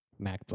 MacBook